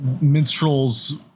minstrel's